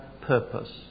purpose